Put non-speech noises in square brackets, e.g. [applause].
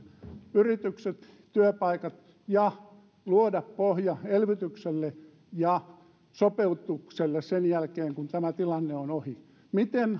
yritykset työpaikat ja luoda pohja elvytykselle ja sopeutukselle sen jälkeen kun tämä tilanne on ohi miten [unintelligible]